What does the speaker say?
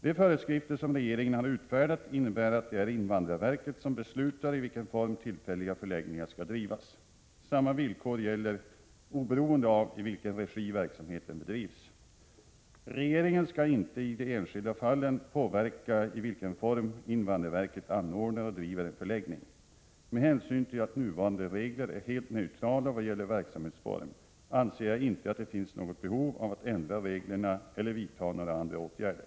De föreskrifter som regeringen har utfärdat innebär att det är invandrarverket som beslutar i vilken form tillfälliga förläggningar skall drivas. Samma villkor gäller oberoende av i vilken regi verksamheten bedrivs. Regeringen skall inte i enskilda fall påverka i vilken form invandrarverket anordnar och driver en förläggning. Med hänsyn till att nuvarande regler är helt neutrala i vad gäller verksamhetsform anser jag inte att det finns något behov av att ändra reglerna eller att vidta några andra åtgärder.